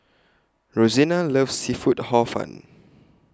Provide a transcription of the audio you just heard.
Rosena loves Seafood Hor Fun